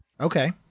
Okay